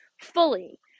fully